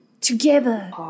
together